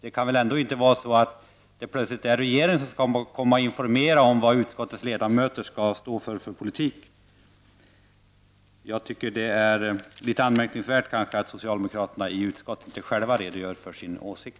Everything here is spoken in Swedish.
Det kan väl inte vara så att regeringen plötsligt skall komma och informera om vilken politik utskottets ledamöter skall stå för. Jag tycker att det är anmärkningsvärt att socialdemokraterna i utskottet inte själva redogör för sin åsikt.